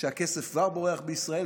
שהכסף כבר בורח מישראל,